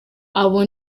abo